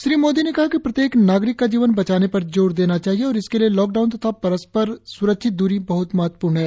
श्री मोदी ने कहा कि प्रत्येक नागरिक का जीवन बचाने पर जोर देना चाहिए और इसके लिए लॉकडाउन तथा परस्पर स्रक्षित दूरी बहत महत्वपूर्ण है